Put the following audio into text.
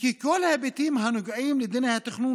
וכי כל ההיבטים הנוגעים לדיני התכנון